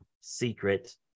secret